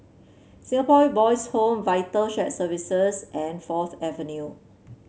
Singapore Boys' Home Vital Shared Services and Fourth Avenue